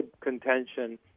contention